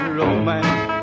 romance